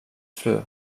fru